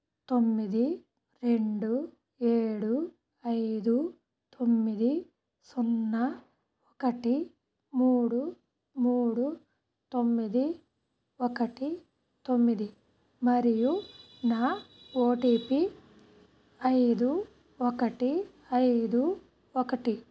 తొమ్మిది రెండు ఏడు ఐదు తొమ్మిది సున్నా ఒకటి మూడు మూడు తొమ్మిది ఒకటి తొమ్మిది మరియు నా ఓ టీ పీ ఐదు ఒకటి ఐదు ఒకటి